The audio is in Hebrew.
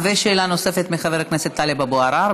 תודה, ושאלה נוספת לחבר הכנסת טלב אבו עראר.